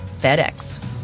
FedEx